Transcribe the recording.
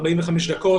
45 דקות,